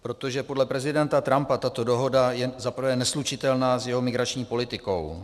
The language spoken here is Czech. Protože podle prezidenta Trumpa tato dohoda je za prvé neslučitelná s jeho migrační politikou.